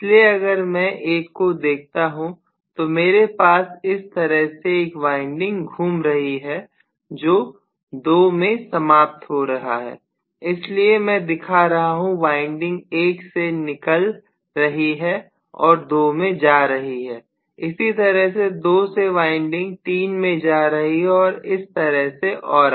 इसलिए अगर मैं एक को देखता हूं तो मेरे पास इस तरह से एक वाइंडिंग घूम रही है जो 2 में समाप्त हो रहा है इसलिए मैं दिखा रहा हूं वाइंडिंग 1 से निकल रही है और 2 में जा रही है इसी तरह 2 से वाइंडिंग 3 में जा रही है और इस तरह से और आगे